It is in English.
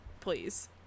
Please